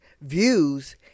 views